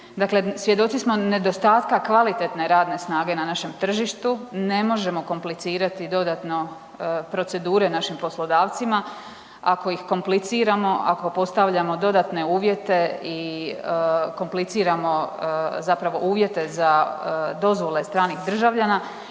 Dakle, svjedoci smo nedostatka kvalitetne radne snage na našem tržištu, ne možemo komplicirati dodatno procedure našim poslodavcima, ako ih kompliciramo, ako postavljamo dodatne uvjete i kompliciramo zapravo uvjete za dozvole stranih državljana